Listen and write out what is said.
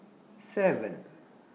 seven